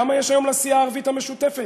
כמה יש היום לסיעה הערבית המשותפת?